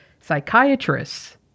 psychiatrists